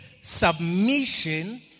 submission